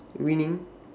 meaning